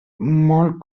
molt